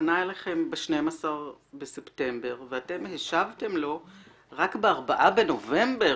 פנה אליכם ב-12 בספטמבר ואתם השבתם לו רק ב-4 בנובמבר.